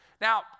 Now